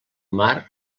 mar